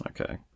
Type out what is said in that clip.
Okay